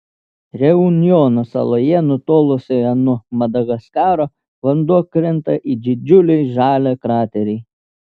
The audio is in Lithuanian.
reunjono saloje nutolusioje nuo madagaskaro vanduo krinta į didžiulį žalią kraterį